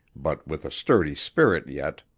but with a sturdy spirit yet,